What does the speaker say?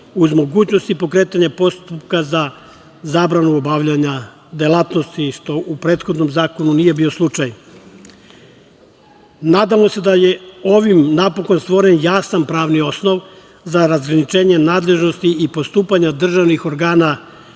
uz mogućnost pokretanja postupka za zabranu obavljanja delatnosti, što u prethodnom zakonu nije bio slučaj. Nadamo se da je ovim, napokon, stvoren jasan pravni osnov za razgraničenje nadležnosti i postupanja državnih organa